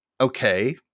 okay